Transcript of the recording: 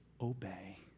obey